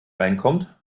reinkommt